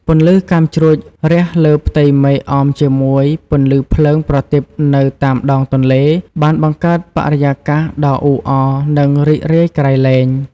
ពន្លឺកាំជ្រួចរះលើផ្ទៃមេឃអមជាមួយពន្លឺភ្លើងប្រទីបនៅតាមដងទន្លេ បានបង្កើតបរិយាកាសដ៏អ៊ូអរ និងរីករាយក្រៃលែង។